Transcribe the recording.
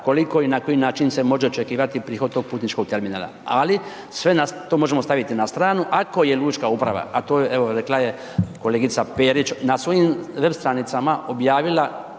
koliko i na koji način se može očekivati prihod tog putničkog terminala. Ali, sve to možemo staviti na stranu ako je lučka uprava, a to je evo, rekla je kolegica Petrić na svojim web stranicama objavila